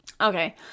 okay